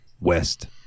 West